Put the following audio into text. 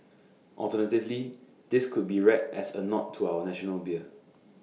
alternatively this could be read as A nod to our national beer